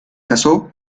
casó